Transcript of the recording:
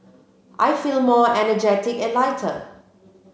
I feel more energetic and lighter